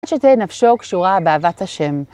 שתהיה נפשו קשורה באהבת השם.